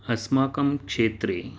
अस्माकं क्षेत्रे